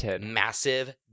massive